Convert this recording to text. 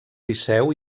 liceu